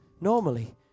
normally